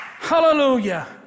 Hallelujah